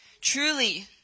Truly